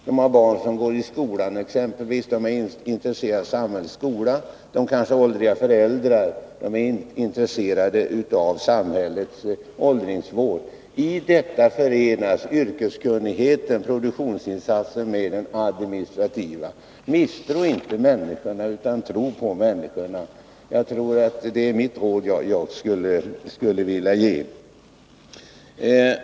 Den som har barn är intresserad av att samhället tillhandahåller en bra skola, och den som har åldriga föräldrar är intresserad av samhällets åldringsvård. På det sättet förenas intresset för det egna företaget med intresset för en fungerande offentlig verksamhet. Misstro inte människorna utan tro på dem! Det är det råd jag skulle vilja ge.